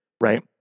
right